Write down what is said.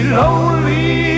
lonely